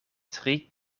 tri